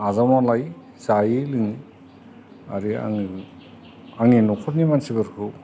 आजावनानै लायो जायो लोङो आरो आङो आंनि न'खरनि मानसिफोरखौ